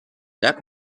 jak